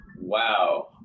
Wow